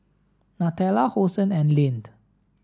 Nutella Hosen and Lindt